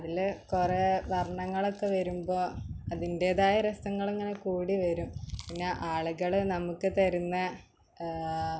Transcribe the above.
അതില് കുറെ വർണ്ണങ്ങളൊക്കെ വരുമ്പോൾ അതിന്റെതായ രസങ്ങളിങ്ങനെ കൂടി വരും പിന്നെ ആളുകള് നമുക്ക് തരുന്ന